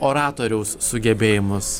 oratoriaus sugebėjimus